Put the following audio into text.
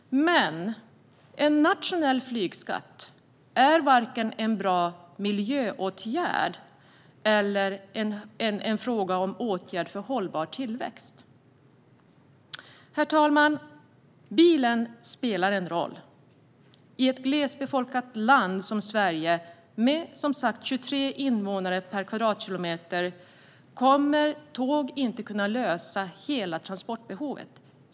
Men en nationell flygskatt är varken en bra miljöåtgärd eller en åtgärd för hållbar tillväxt. Herr talman! Bilen spelar en roll. I ett glesbefolkat land som Sverige - med, som sagt, 23 invånare per kvadratkilometer - kommer tåg inte att kunna lösa hela transportbehovet.